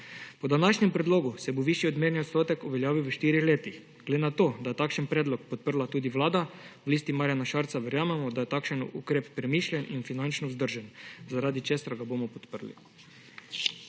Po današnjem predlogu se bo višji odmerni odstotek uveljavil v štirih letih. Glede na to, da je takšen predlog podprla tudi Vlada, v Listi Marjana Šarca verjamemo, da je takšen ukrep premišljen in finančno vzdržen, zaradi česar ga bomo podprli.